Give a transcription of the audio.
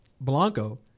Blanco